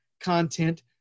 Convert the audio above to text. content